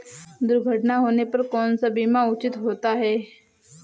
दुर्घटना होने पर कौन सा बीमा उचित होता है?